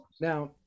Now